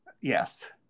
Yes